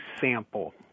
sample